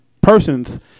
persons